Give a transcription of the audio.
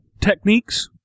techniques